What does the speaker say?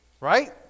right